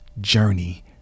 journey